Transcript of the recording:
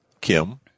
Kim